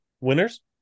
Winners